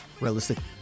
realistically